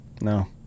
no